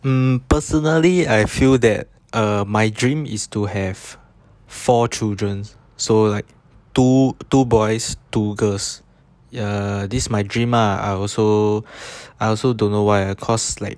mm personally I feel that err my dream is to have four children so like two two boys two girls ya this my dream ah I also I also don't know why ah cause like